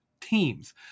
teams